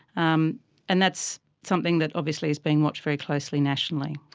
um and that's something that obviously is being watched very closely nationally.